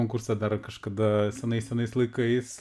konkursą dar kažkada senais senais laikais